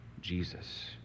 Jesus